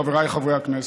חבריי חברי הכנסת,